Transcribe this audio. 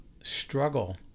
struggle